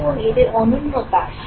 এবং এদের অনন্যতা আছে